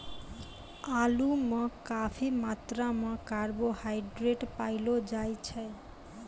आलू म काफी मात्रा म कार्बोहाइड्रेट पयलो जाय छै